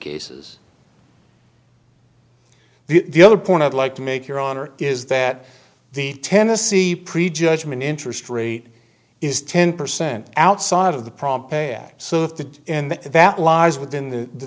cases the other point i'd like to make your honor is that the tennessee pre judgment interest rate is ten percent outside of the prompt a i served in that lies within the